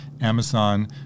Amazon